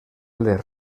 les